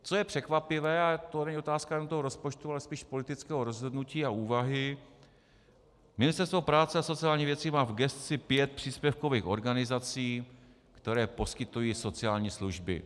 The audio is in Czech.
Co je překvapivé, a to není otázka jenom toho rozpočtu, ale spíš politického rozhodnutí a úvahy, Ministerstvo práce a sociálních věcí má v gesci pět příspěvkových organizací, které poskytují sociální služby.